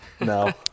No